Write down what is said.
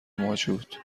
موجود